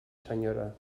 senyora